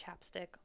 chapstick